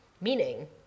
meaning